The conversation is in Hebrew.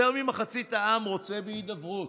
יותר ממחצית העם רוצה בהידברות,